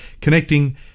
connecting